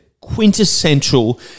quintessential